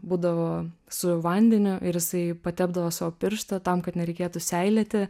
būdavo su vandeniu ir jisai patepdavo savo pirštą tam kad nereikėtų seilėti